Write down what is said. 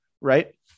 right